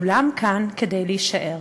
כולם כאן כדי להישאר.